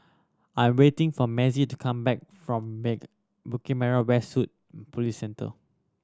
I am waiting for Mazie to come back from Bukit Merah West Police Centre